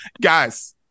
Guys